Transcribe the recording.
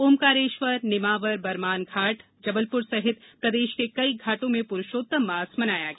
ओंकारेश्वर नेमावर घांट बरमान घांट जबलपुर सहित प्रदेश के कई जिलों में पुरूषोत्तम मास मनाया गया